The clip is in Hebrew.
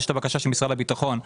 יש את הבקשה של משרד הביטחון.